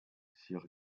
sir